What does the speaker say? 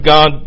God